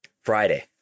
Friday